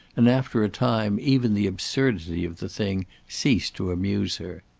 and after a time even the absurdity of the thing ceased to amuse her.